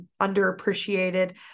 underappreciated